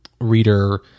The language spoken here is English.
reader